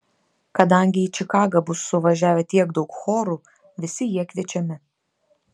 kadangi į čikagą bus suvažiavę tiek daug chorų visi jie kviečiami